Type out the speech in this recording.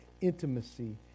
intimacy